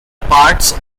parts